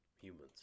humans